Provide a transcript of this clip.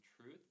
Truth